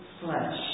flesh